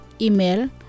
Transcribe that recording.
Email